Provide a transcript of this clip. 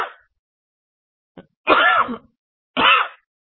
अब यह 4Za के समानांतर 2Zt के रूप में देखा जा सकता है